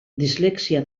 dislexia